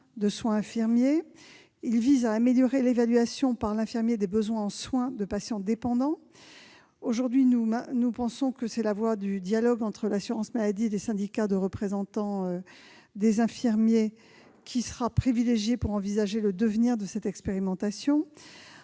de soins infirmiers. Il s'agit d'améliorer l'évaluation par l'infirmier des besoins en soins de patients dépendants. Nous pensons que c'est la voie du dialogue entre l'assurance maladie et les syndicats de représentants des infirmiers qui sera privilégiée pour envisager le devenir de cette expérimentation.